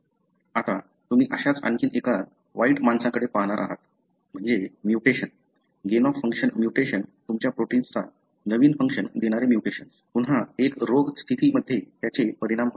आता तुम्ही अशाच आणखी एका वाईट माणसाकडे पाहणार आहात म्हणजे mutation gain of function mutation तुमच्या प्रोटिन्सना नवीन फंक्शन देणारे म्युटेशन्स पुन्हा एक रोग स्थिती मध्ये त्याचे परिणाम होते